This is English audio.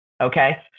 Okay